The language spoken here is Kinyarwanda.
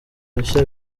rushya